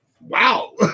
wow